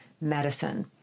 medicine